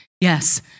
Yes